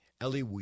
Ellie